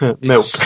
Milk